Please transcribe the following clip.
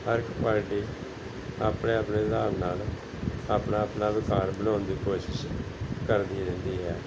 ਹਰ ਇੱਕ ਪਾਰਟੀ ਆਪਣੇ ਆਪਣੇ ਹਿਸਾਬ ਨਾਲ ਆਪਣਾ ਆਪਣਾ ਅਧਿਕਾਰ ਬਣਾਉਣ ਦੀ ਕੋਸ਼ਿਸ਼ ਕਰਦੀ ਰਹਿੰਦੀ ਹੈ